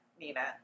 Nina